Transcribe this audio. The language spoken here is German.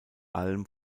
alm